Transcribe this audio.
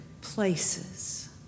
places